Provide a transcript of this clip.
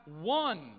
one